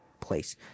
place